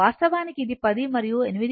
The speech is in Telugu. వాస్తవానికి ఇది 10 మరియు 8